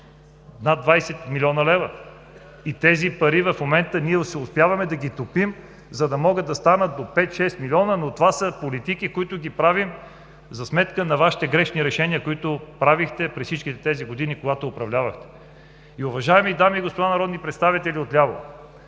задължения на общини и тези пари в момента ние успяваме да ги топим, за да могат да станат до 5 – 6 млн.лв. Но това са политики, които правим за сметка на Вашите грешни решения, които правихте през всички тези години, когато управлявахте. Уважаеми дами и господа народни представители от ляво,